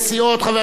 חבר הכנסת